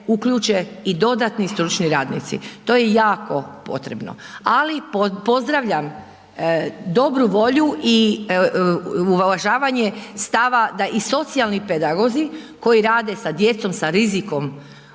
uključe i dodatni stručni radnici, to je jako potrebno, ali pozdravljam dobru volju i uvažavanje stava da i socijalni pedagozi koji rade sa djecom, sa rizikom